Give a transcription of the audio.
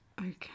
Okay